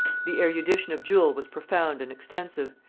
the erudition of jewel was profound and extensive,